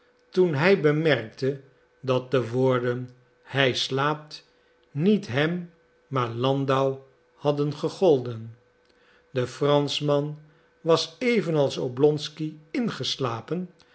toen hij bemerkte dat de woorden hij slaapt niet hem maar landau hadden gegolden de franschman was even als oblonsky ingeslapen